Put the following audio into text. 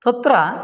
तत्र